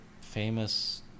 famous